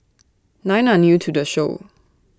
nine are new to the show